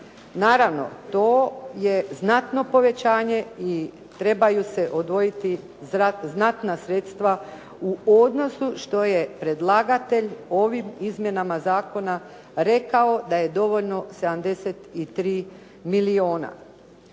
Naravno, to je znatno povećanje i trebaju se odvojiti znatna sredstva u odnosu što je predlagatelj ovim izmjenama zakona, rekao da je dovoljno 73 milijuna.